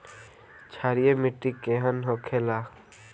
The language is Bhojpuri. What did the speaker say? क्षारीय मिट्टी केहन होखेला?